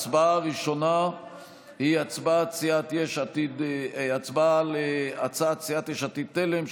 הצבעה ראשונה היא הצבעה על הצעת סיעת יש עתיד-תל"ם,